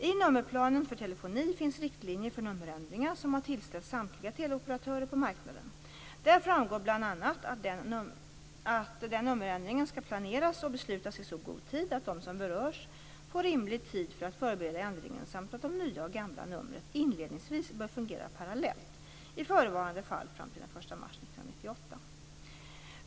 I nummerplanen för telefoni finns riktlinjer för nummerändringar som har tillställts samtliga teleoperatörer på marknaden. Där framgår bl.a. att den nummerändringen skall planeras och beslutas i så god tid att de som berörs får rimlig tid för att förbereda ändringen samt att det nya och det gamla numret inledningsvis bör fungera parallellt, i förevarande fall fram till den 1 mars 1998.